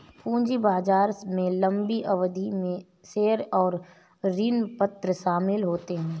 पूंजी बाजार में लम्बी अवधि में शेयर और ऋणपत्र शामिल होते है